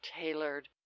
tailored